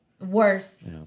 worse